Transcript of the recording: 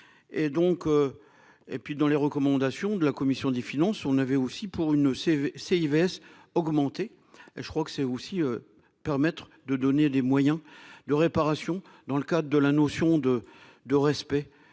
Et puis dans les recommandations de la commission des finances. On avait aussi pour une CV c'est Ivest augmenter. Je crois que c'est aussi permettre de donner des moyens de réparation dans le cas de la notion de de respect